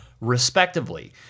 respectively